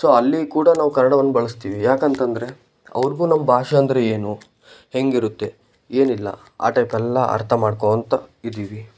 so ಅಲ್ಲಿ ಕೂಡ ನಾವು ಕನ್ನಡವನ್ ಬಳಸ್ತೀವಿ ಯಾಕಂತಂದರೆ ಅವ್ರಿಗೂ ನಮ್ಮ ಭಾಷೆ ಅಂದರೆ ಏನು ಹೇಗಿರುತ್ತೆ ಏನಿಲ್ಲ ಆ ಟೈಪೆಲ್ಲಾ ಅರ್ಥ ಮಾಡ್ಕೋತ ಇದೀವಿ